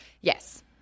Yes